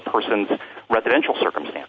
person's residential circumstance